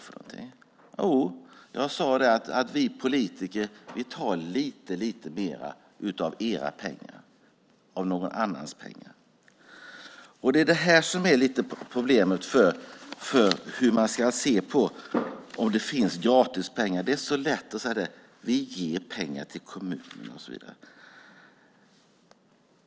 Jo, jag sade att vi politiker tar lite, lite mer av era pengar, av någon annans pengar. Det är det här som är lite av problemet: För hur man ska se på om det finns gratis pengar? Det är så lätt att säga: Vi ger pengar till kommunerna.